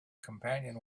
companion